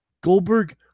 Goldberg